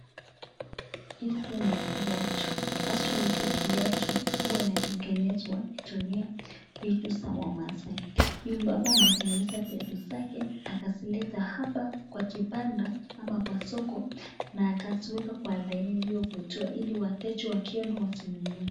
Hizi ni viatu, haswa hizi viatu huwa inatengenezwa ikitumia vitu za wamaasai, huyu mbaba ametengeneza viatu zake akazileta hapa kwa kibanda ama kwa soko na akaziweka kwa laini iliyovutia ili wateja wakiziona wazinunue.